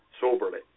soberly